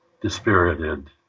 dispirited